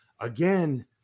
again